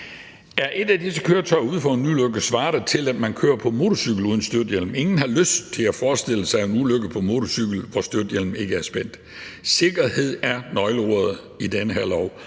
Er et af disse køretøjer ude for en ulykke, svarer det til, at man kører på motorcykel uden styrthjelm. Ingen har lyst til at forestille sig en ulykke på motorcykel, hvor styrthjelmen ikke er spændt. Sikkerhed er nøgleordet i den her lov.